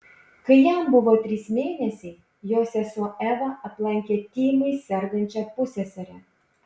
kai jam buvo trys mėnesiai jo sesuo eva aplankė tymais sergančią pusseserę